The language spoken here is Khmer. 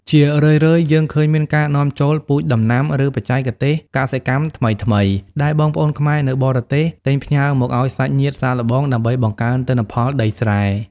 ជារឿយៗ យើងឃើញមានការនាំចូល "ពូជដំណាំ ឬបច្ចេកទេសកសិកម្មថ្មីៗ" ដែលបងប្អូនខ្មែរនៅបរទេសទិញផ្ញើមកឱ្យសាច់ញាតិសាកល្បង ដើម្បីបង្កើនទិន្នផលដីស្រែ។